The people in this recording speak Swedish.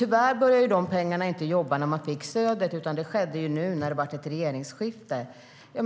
Tyvärr började dessa pengar inte jobba när man fick stödet, utan det skedde när det blev ett regeringsskifte.